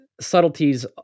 subtleties